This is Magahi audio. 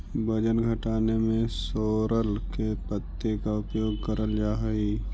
वजन घटाने में सोरल के पत्ते का उपयोग करल जा हई?